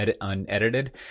unedited